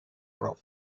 prop